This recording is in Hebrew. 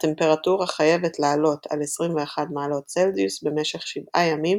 הטמפרטורה חייבת לעלות על 21 מעלות צלזיוס במשך שבעה ימים